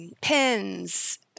pins